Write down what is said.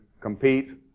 compete